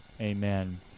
amen